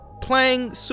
playing